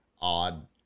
odd